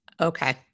Okay